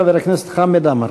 חבר הכנסת חמד עמאר.